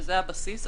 שזה הבסיס,